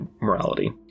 morality